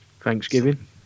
Thanksgiving